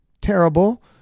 terrible